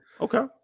Okay